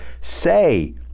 say